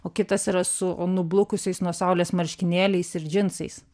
o kitas yra su o nublukusiais nuo saulės marškinėliais ir džinsais